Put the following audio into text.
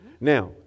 Now